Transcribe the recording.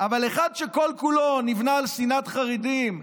אבל אחד שכל-כולו נבנה על שנאת חרדים,